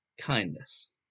kindness